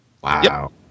Wow